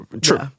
True